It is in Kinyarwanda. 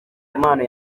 impano